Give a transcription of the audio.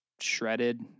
shredded